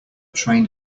train